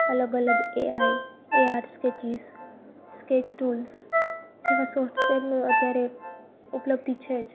અલગ અલગ AI AR sketches sketch tools જેવા સોફટવેરનું અત્યારે ઉપલબ્ધી છે જ